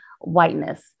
whiteness